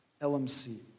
LMC